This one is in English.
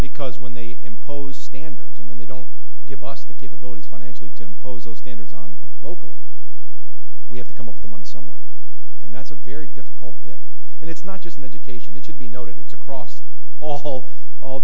because when they impose standards and then they don't give us the capability financially to impose those standards on locally we have to come up the money somewhere and that's a very difficult and it's not just an education it should be noted it's across all all